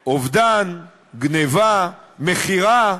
אובדן, גנבה, מכירה,